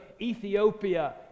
Ethiopia